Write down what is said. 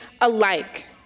alike